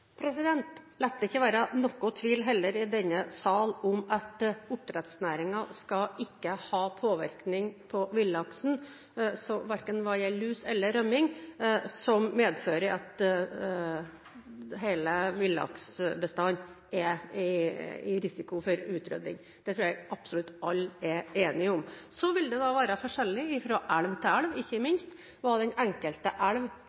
det ikke være noen tvil i denne sal om at oppdrettsnæringen ikke skal ha påvirkning på villaksen, verken hva gjelder lus eller rømming, som kan medføre at hele villaksbestanden står i fare for å bli utryddet. Det tror jeg absolutt alle er enige om. Så vil det være forskjeller fra elv til elv på hva hver enkelt elv tåler, ikke